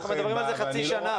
אבל אנחנו מדברים על זה חצי שנה.